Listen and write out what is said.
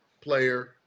player